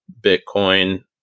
Bitcoin